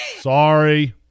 Sorry